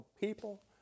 people